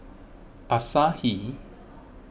Asahi